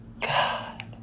God